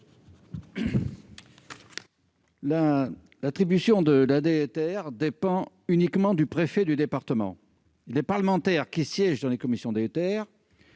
L'attribution de la DETR dépend uniquement du préfet du département. L'avis des parlementaires qui siègent dans les commissions DETR